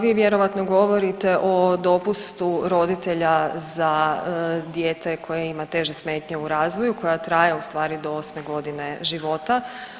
Vi vjerojatno govorite o dopustu roditelja za dijete koje ima teže smetnje u razvoju, koja traje u stvari do osme godine života.